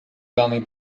даний